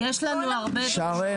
שרן